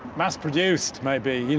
mass-produced, maybe? yeah